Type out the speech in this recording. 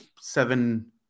seven